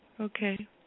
Okay